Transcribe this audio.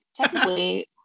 technically